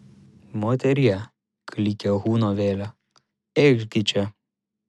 moterie klykė huno vėlė eikš gi čia